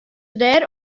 dêr